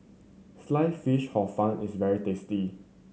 Sliced Fish Hor Fun is very tasty